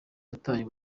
yataye